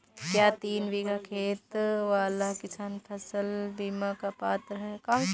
क्या तीन बीघा खेत वाला किसान फसल बीमा का पात्र हैं?